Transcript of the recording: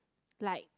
like